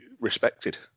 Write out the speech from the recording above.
respected